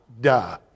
Duh